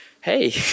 hey